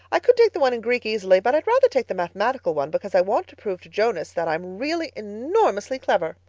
i could take the one in greek easily, but i'd rather take the mathematical one because i want to prove to jonas that i'm really enormously clever.